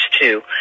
two